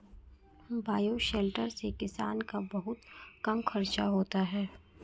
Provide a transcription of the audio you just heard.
bioshelter से किसान का बहुत कम खर्चा होता है